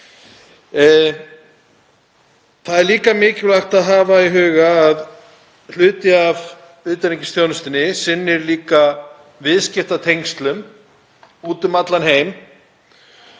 Það er líka mikilvægt að hafa í huga að hluti af utanríkisþjónustunni sinnir líka viðskiptatengslum úti um allan heim.